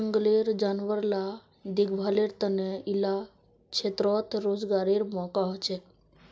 जनगलेर जानवर ला देख्भालेर तने इला क्षेत्रोत रोज्गारेर मौक़ा होछे